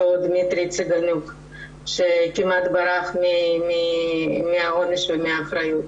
אותו אדם שכמעט ברח מהעונש ומהאחריות.